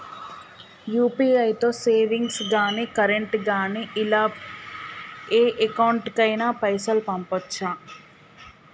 UPI తో savings గాని current గాని ఇలా ఏ అకౌంట్ కైనా పైసల్ పంపొచ్చా?